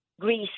greece